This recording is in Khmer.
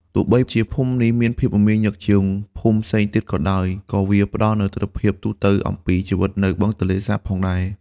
ទោះបីជាភូមិនេះមានភាពមមាញឹកជាងភូមិផ្សេងទៀតក៏ដោយ ក៏វាផ្តល់នូវទិដ្ឋភាពទូទៅអំពីជីវិតនៅបឹងទន្លេសាបផងដែរ។